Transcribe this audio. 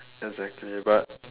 exactly but